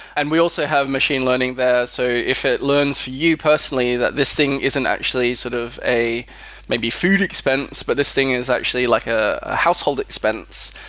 and we also have machine learning there. so if it learns for you personally that this thing isn't actually sort of a maybe food expense, but this thing is actually like a household expense,